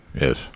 Yes